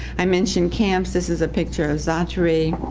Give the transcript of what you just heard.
i mentioned camps. this is a picture of zatari.